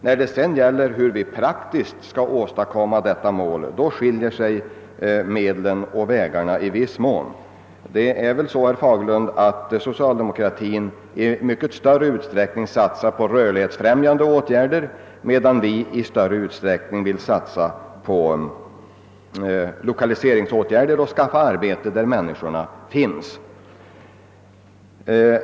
När det sedan gäller hur vi praktiskt skall nå fram till detta mål skiljer sig medlen och vägarna i viss mån. Man kan väl konstatera, herr Fagerlund, att socialdemokratin i mycket större utsträckning satsar på rörlighetsfrämjande åtgärder, medan vi vill satsa mera på lokaliseringsåtgärder för att skapa arbeten där människorna finns.